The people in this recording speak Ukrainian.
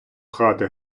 хати